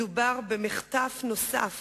מדובר במחטף נוסף